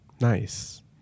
Nice